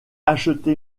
acheté